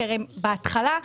בהתחלה,